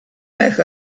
make